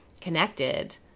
connected